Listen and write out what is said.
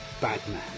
Batman